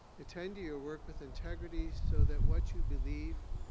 attend to your work with integrity so that what you believe,